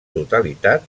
totalitat